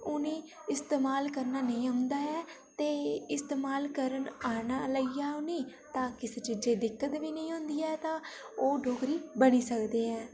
उनें ई इस्तेमाल करना नेईं औंदा ऐ ते इस्तेमाल करना आना लेई ऐ उ'नें ई तां किसै चीजै दी दिक्कत बी निं होंदी ऐ तां ओह् डोगरी बनी सकदी ऐ